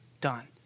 done